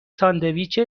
ساندویچ